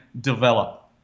develop